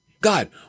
God